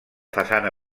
façana